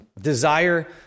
desire